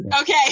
okay